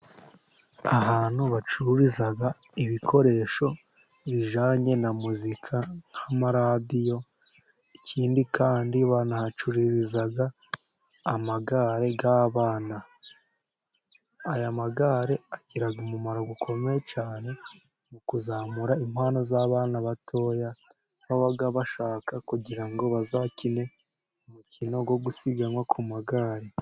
Ahantu bacururiza ibikoresho bijyanye na muzika nk'amaradiyo, ikindi kandi banahacururiza amagare y'abana. Aya magare agira umumaro ukomeye cyane mu kuzamura impano z'abana batoya, baba bashaka kugira ngo bazakine umukino wo gusiganwa ku magare.